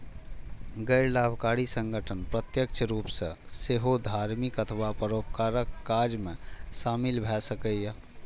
गैर लाभकारी संगठन प्रत्यक्ष रूप सं सेहो धार्मिक अथवा परोपकारक काज मे शामिल भए सकैए